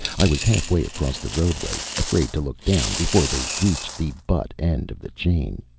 i was halfway across the roadway, afraid to look down, before they reached the butt end of the chain.